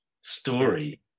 story